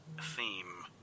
theme